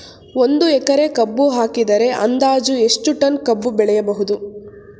ಒಂದು ಎಕರೆ ಕಬ್ಬು ಹಾಕಿದರೆ ಅಂದಾಜು ಎಷ್ಟು ಟನ್ ಕಬ್ಬು ಬೆಳೆಯಬಹುದು?